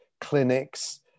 clinics